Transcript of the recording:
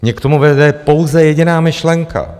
Mě k tomu vede pouze jediná myšlenka.